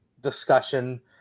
discussion